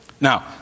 Now